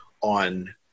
on